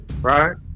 right